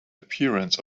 appearance